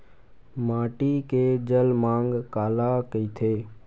माटी के जलमांग काला कइथे?